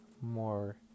more